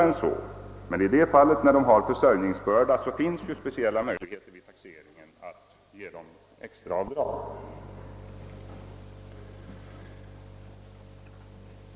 För dem som har försörjningsbörda finns dock speciella möjligheter till extra avdrag vid taxeringen.